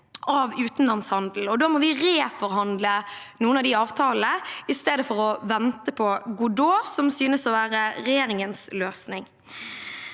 av utenlandshandel. Da må vi reforhandle noen av de avtalene i stedet for å vente på Godot, som synes å være regjeringens løsning.